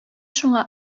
шуңа